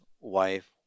wife